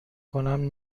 کنم